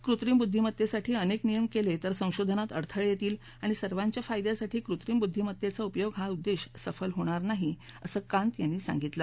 कृत्रिम बुद्दीमत्तेसाठी अनेक नियम केले तर संशोधनात अडथळे येतील आणि सर्वांच्या फायद्यासाठी कृत्रिम बुद्दीमत्तेचा उपयोग हा उद्देश सफल होणार नाही असं कांत यांनी सांगितलं